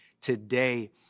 today